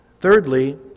Thirdly